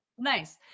Nice